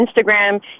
Instagram